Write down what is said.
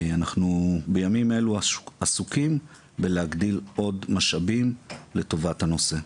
בימים אלה אנחנו עסוקים להגדיל עוד משאבים לטובת הנושא.